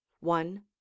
one